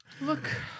Look